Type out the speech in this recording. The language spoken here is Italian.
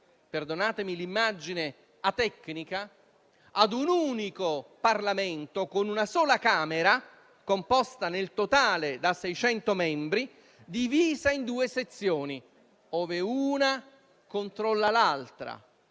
perdonatemi l'immagine atecnica - a un unico Parlamento con una sola Camera, composta nel totale da 600 membri e divisa in due sezioni, ove l'una controlla l'altra.